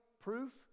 proof